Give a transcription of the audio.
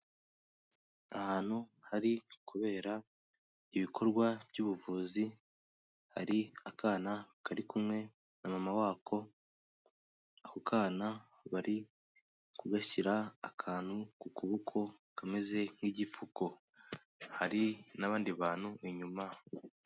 Ahantu hari kubera ibikorwa by'ubuvuzi hari akana kari kumwe na mama wako ako kana bari kugashyira akantu ku kuboko kameze nk'igipfuko hari n'abandi bantu inyuma.